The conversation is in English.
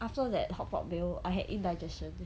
after that hotpot meal I had indigestion